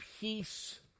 peace